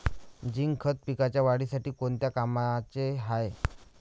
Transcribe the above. Zinc खत पिकाच्या वाढीसाठी कोन्या कामाचं हाये?